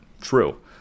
true